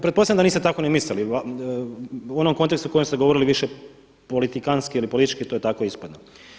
Pretpostavljam da niste tako ni mislili u onom kontekstu u kojem ste govorili više politikantski ili politički to tako ispada.